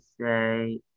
say